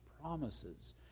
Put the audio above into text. promises